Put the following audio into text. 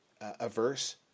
averse